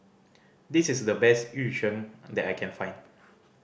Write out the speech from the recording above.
this is the best Yu Sheng that I can find